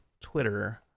Twitter